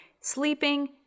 sleeping